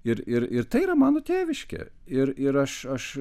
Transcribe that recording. ir ir ir tai yra mano tėviškė ir ir aš aš